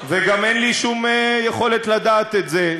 וגם אין לי שום יכולת לדעת את זה.